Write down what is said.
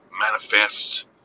Manifest